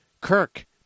Kirk